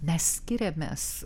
mes skiriamės